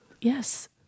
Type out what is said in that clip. Yes